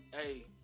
hey